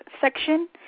section